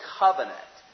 covenant